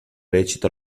recita